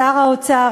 שר האוצר,